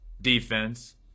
defense